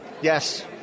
Yes